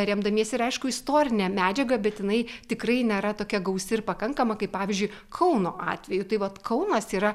remdamiesi ir aišku istorine medžiaga bet jinai tikrai nėra tokia gausi ir pakankama kaip pavyzdžiui kauno atveju tai vat kaunas yra